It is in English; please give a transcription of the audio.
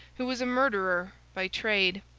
who was a murderer by trade.